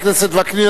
חבר הכנסת וקנין,